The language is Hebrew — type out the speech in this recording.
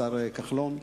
השר כחלון,